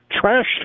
trash